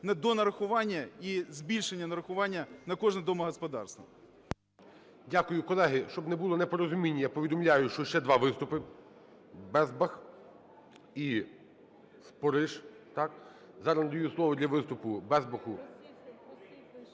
на донарахування і збільшення нарахування на кожне домогосподарство.